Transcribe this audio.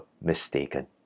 mistaken